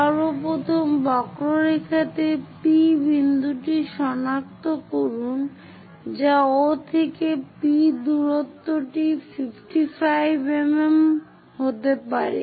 সর্বপ্রথম বক্ররেখাতে P বিন্দুটি সনাক্ত করুন যা O থেকে P দূরত্বটি 55 mm হতে পারে